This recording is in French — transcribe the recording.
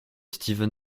steven